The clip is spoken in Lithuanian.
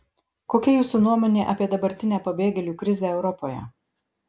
kokia jūsų nuomonė apie dabartinę pabėgėlių krizę europoje